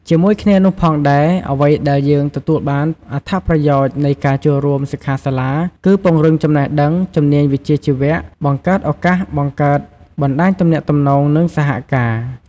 ជាមួយគ្នានោះផងដែរ អ្វីដែលយើងទទួលបានអត្ថប្រយោជន៍នៃការចូលរួមសិក្ខាសិលាគឺ ពង្រឹងចំណេះដឹង ជំនាញវិជ្ជាជីវៈ បង្កើតឱកាសបង្កើតបណ្តាញទំនាក់ទំនង និងសហការណ៍។